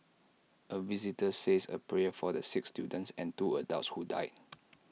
A visitor says A prayer for the six students and two adults who died